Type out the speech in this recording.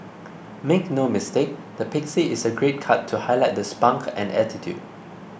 make no mistake the pixie is a great cut to highlight the spunk and attitude